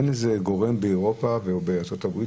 אין גורם באירופה או בארצות הברית